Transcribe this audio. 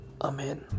Amen